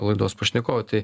laidos pašnekovai tai